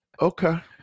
Okay